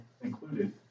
included